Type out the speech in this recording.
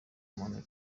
muntu